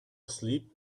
asleep